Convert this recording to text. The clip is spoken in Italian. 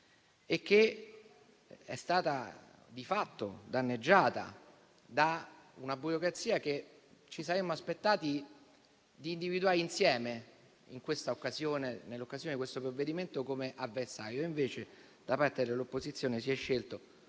che è stata di fatto danneggiata da una burocrazia che ci saremmo aspettati di individuare insieme, in occasione di questo provvedimento, come avversaria. Invece, da parte dell'opposizione, si è scelto